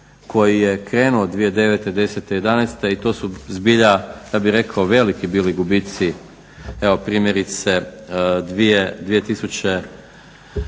koji je krenuo 2009., 10., 11.i to su zbilja ja bih rekao bili veliki gubici. Evo primjerice 2009.do